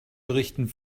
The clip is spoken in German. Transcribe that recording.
berichten